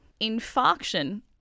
Infarction